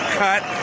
cut